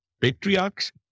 patriarchs